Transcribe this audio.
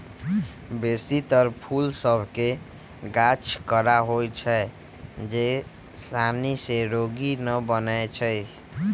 बेशी तर फूल सभ के गाछ कड़ा होइ छै जे सानी से रोगी न बनै छइ